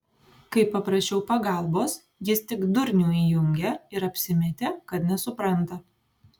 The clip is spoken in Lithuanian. kai paprašiau pagalbos jis tik durnių įjungė ir apsimetė kad nesupranta